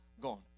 gone